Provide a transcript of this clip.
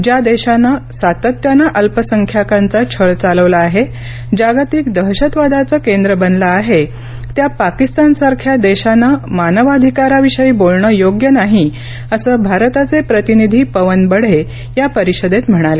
ज्या देशानं सातत्यानं अल्पसंख्याकांचा छळ चालवला आहे जागतिक दहशतवादाचं केंद्र बनला आहे त्या पाकिस्तानसारख्या देशानं मानवाधिकाराविषयी बोलणं योग्य नाही असं भारताचे प्रतिनिधी पवन बढे या परिषदेत म्हणाले